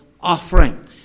offering